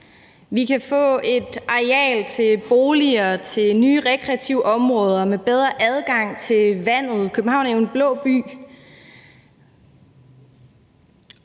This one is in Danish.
Vi kan få et areal til boliger, til nye rekreative områder med bedre adgang til vandet – København er jo en blå by